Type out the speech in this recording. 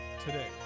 today